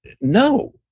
no